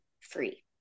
free